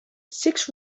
six